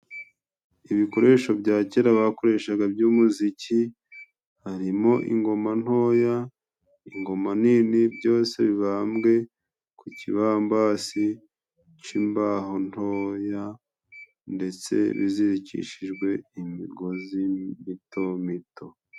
Ibikoresho bya kera bakoreshaga by'umuziki, harimo ingoma ntoya, ingoma nini, byose bibambwe ku kibambasi c'imbaho ntoya, ndetse bizirikishijwe imigozi mitomito.